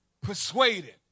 persuaded